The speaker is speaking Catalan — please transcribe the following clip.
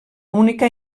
única